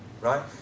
Right